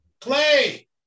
Clay